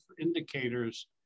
indicators